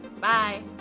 Bye